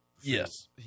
Yes